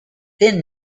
thin